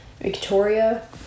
Victoria